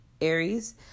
Aries